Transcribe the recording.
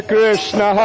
Krishna